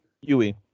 Yui